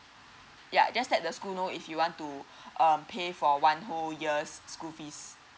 ya just let the school know if you want to um pay for one whole years school fees